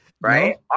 Right